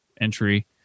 entry